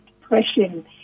depression